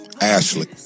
ashley